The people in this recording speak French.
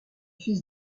fils